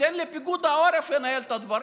תן לפיקוד העורף לנהל את הדברים,